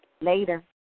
Later